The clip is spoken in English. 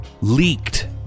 leaked